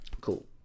Cool